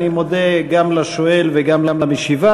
אני מודה גם לשואל וגם למשיבה,